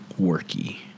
worky